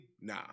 nah